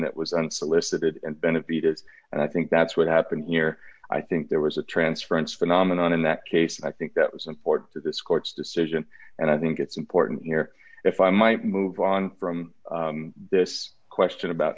that was unsolicited and benevides and i think that's what happened here i think there was a transference phenomenon in that case and i think that was important to this court's decision and i think it's important here if i might move on from this question about